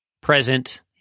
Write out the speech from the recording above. present